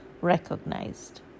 recognized